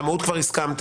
למהות כבר הסכמתם.